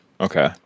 Okay